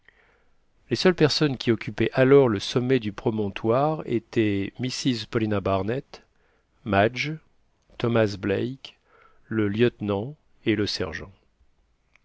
les seules personnes qui occupaient alors le sommet du promontoire étaient mrs paulina barnett madge thomas black le lieutenant et le sergent